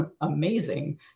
amazing